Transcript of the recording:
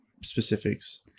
specifics